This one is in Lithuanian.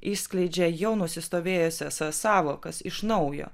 išskleidžia jau nusistovėjusias sąvokas iš naujo